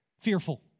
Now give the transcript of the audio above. Fearful